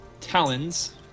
talons